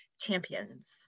champions